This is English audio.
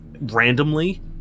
randomly